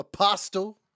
Apostle